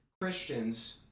Christians